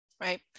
right